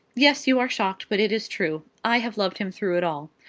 yes you are shocked, but it is true. i have loved him through it all.